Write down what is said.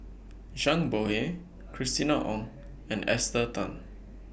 Zhang Bohe Christina Ong and Esther Tan